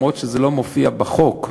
אפילו שזה לא מופיע בחוק.